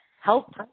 help